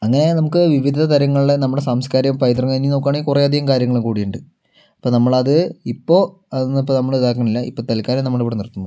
അങ്ങനെ നമുക്ക് വിവിധ തരങ്ങളിലെ നമ്മുടെ സംസ്കാരവും പൈതൃകവും ഇനി നോക്കുകയാണെങ്കില് കുറെ അധികം കാര്യങ്ങളും കൂടിയുണ്ട് ഇപ്പോൾ നമ്മളത് ഇപ്പോൾ അതൊന്നും ഇപ്പോൾ നമ്മളിതാക്കണില്ല ഇപ്പോൾ തല്ക്കാലം നമ്മളിവിടെ നിര്ത്തുന്നു